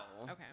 okay